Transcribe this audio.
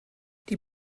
die